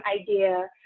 idea